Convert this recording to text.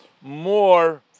more